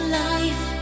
life